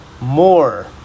more